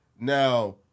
Now